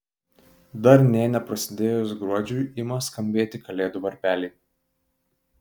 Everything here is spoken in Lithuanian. dar nė neprasidėjus gruodžiui ima skambėti kalėdų varpeliai